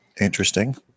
Interesting